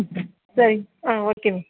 சரி ஆ okay ma'am